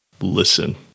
listen